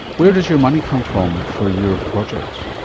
where does your money come from for your project?